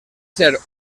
ser